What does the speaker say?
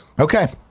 Okay